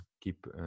keep